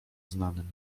znanym